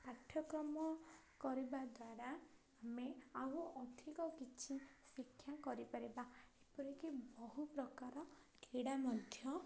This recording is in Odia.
ପାଠ୍ୟକ୍ରମ କରିବା ଦ୍ୱାରା ଆମେ ଆଉ ଅଧିକ କିଛି ଶିକ୍ଷା କରିପାରିବା ଏପରିକି ବହୁ ପ୍ରକାର କ୍ରୀଡ଼ା ମଧ୍ୟ